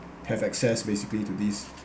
have access basically to this